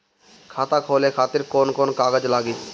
खाता खोले खातिर कौन कौन कागज लागी?